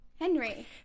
henry